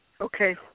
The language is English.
Okay